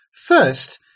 First